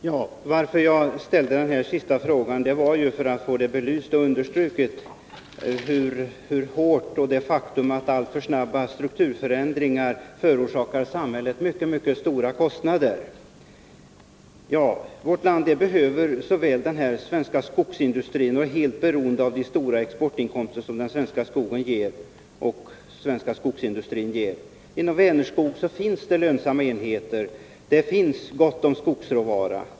Herr talman! Anledningen till att jag ställde den senaste frågan var att jag ville få belyst hur hårt alltför snabba strukturförändringar slår samt att jag ville få understruket det faktum att de förorsakar samhället mycket stora kostnader. Vårt land behöver den svenska skogsindustrin. Vi är helt beroende av de stora exportinkomster som den svenska skogen och skogsindustrin ger. Inom Vänerskog finns lönsamma enheter. Det finns också gott om skogsråvara.